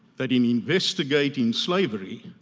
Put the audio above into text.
that in investigating slavery,